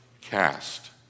cast